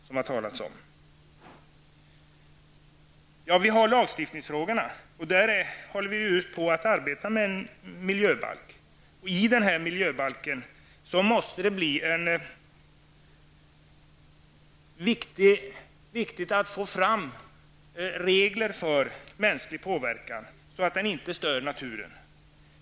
När det gäller lagstiftningsfrågorna håller vi ju på att arbeta med en miljöbalk. I denna miljöbalk är det viktigt att få fram regler för mänsklig påverkan så att den inte stör naturen.